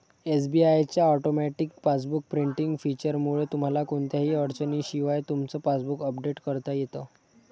SBI च्या automatic passbook printing फीचरमुळे तुम्हाला कोणत्याही अडचणीशिवाय तुमचं पासबुक अपडेट करता येतं